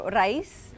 rice